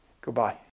goodbye